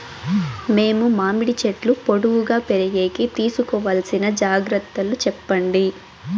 మేము మామిడి చెట్లు పొడువుగా పెరిగేకి తీసుకోవాల్సిన జాగ్రత్త లు చెప్పండి?